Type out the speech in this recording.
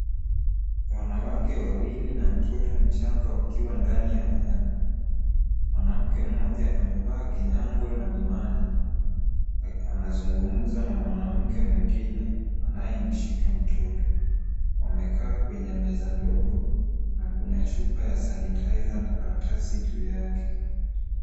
Wanawake wawili na mtoto mchanga wakiwa ndani ya hema. Mwanamke moja amevaa kinyango na miwani anazungumza na mwanamke mwingine anayemshika mtoto. Wamekaa kwenye meza ndogo na kuna chupa ya sanitizer na karatasi juu yake.